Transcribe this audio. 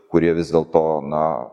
kurie vis dėl to na